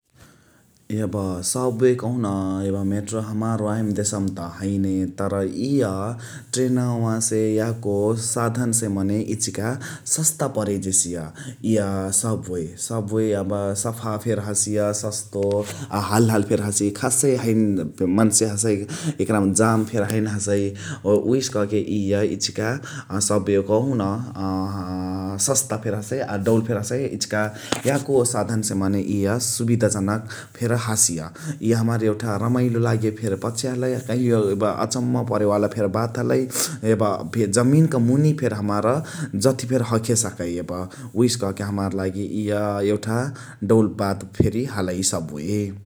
यब subway कहुन यब मेट्रो, हमार देशवाम‌ा त हैनो हैने तर इय ट्रेनवासे याको साधनसे मने इचिका सस्ता परे जेसिया इय सबवे । सब वे अब सफा फेरि हसिय, सस्तो, आ हालहाली फेरि हसिय । खासे हैने मन्से हसइ । यकरामा जाम फेरि हैन हसइ। उहेसे कहके इय इचिका सब वे कहुन सस्ता फेरि हसइ आ डउल फेरि हसइ । इचिका याको साधनसे मने इया सुविधाजनक फेरि हसिय। इय हमार एउठा रमाइलो लागे फेरि पक्ष हलइ । कहियो अब अचम्म परेवाला फेरि बात हलइ । यब जमिनक मुनि हमार जथी फेरी हखे स्कइ यब । उहेसे कहके हमार लागि इय यउठा डउल बात फेरि हलइ सब वे ।